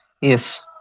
Yes